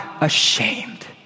ashamed